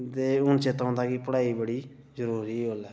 ते हून चेत्ता औंदा कि पढ़ाई बड़ी जरूरी ही ओल्लै